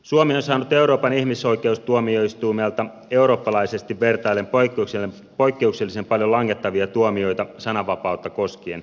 suomi on saanut euroopan ihmisoikeustuomioistuimelta eurooppalaisesti vertaillen poikkeuksellisen paljon langettavia tuomioita sananvapautta koskien